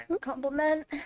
compliment